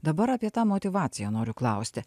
dabar apie tą motyvaciją noriu klausti